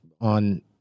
on